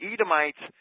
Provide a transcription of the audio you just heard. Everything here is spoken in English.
Edomites